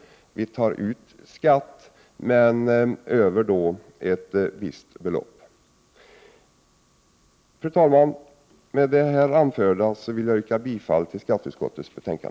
Vi tar ut skatt över ett visst belopp. Fru talman! Med det anförda vill jag yrka bifall till skatteutskottets hemställan.